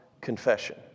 confession